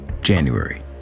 January